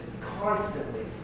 constantly